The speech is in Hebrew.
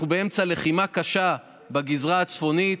אנחנו באמצע לחימה קשה בגזרה הצפונית,